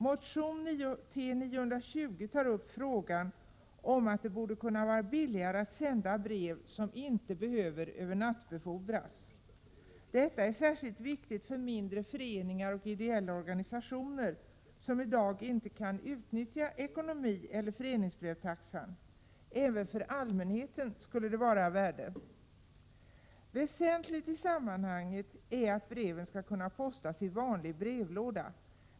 Motion T920 tar upp frågan om att det borde vara billigare att sända brev som inte behöver övernattbefordras. Detta är särskilt viktigt för mindre föreningar och ideella organisationer, som i dag inte kan utnyttja ekonomireller föreningsbrevstaxan. Även för allmänheten skulle detta vara av värde. Väsentligt i sammanhanget är att breven skall kunna postas i vanlig brevlåda.